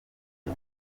ati